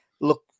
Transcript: Look